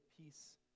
peace